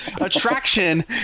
attraction